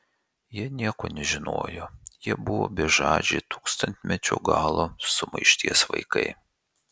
jie nieko nežinojo jie buvo bežadžiai tūkstantmečio galo sumaišties vaikai